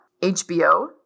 HBO